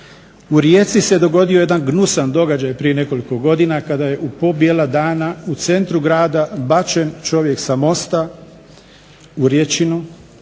U Rijeci se dogodio jedan gnusan događaj prije nekoliko godina, kada je u pol bijela dana u centru grada bačen čovjek s mosta u Rječinu,